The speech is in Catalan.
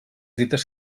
dites